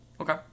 Okay